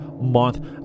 month